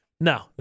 No